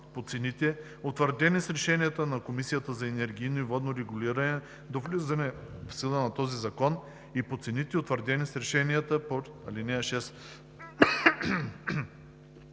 по цените, утвърдени с решенията на Комисията за енергийно и водно регулиране до влизането в сила на този закон, и по цените, утвърдени с решението по ал. 6.